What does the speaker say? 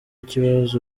kibazo